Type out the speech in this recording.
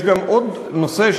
יש עוד נושא,